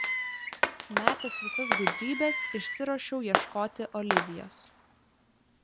metęs visas gudrybes išsiruošiau ieškoti olivijos